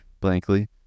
blankly